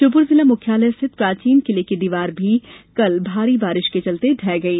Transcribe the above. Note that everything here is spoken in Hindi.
श्योपुर जिला मुख्यालय स्थित प्राचीन किले की दीवार भी कल भारी बारिश के चलते ढह गई